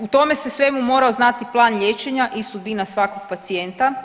U tome se svemu morao znati plan liječenja i sudbina svakog pacijenta.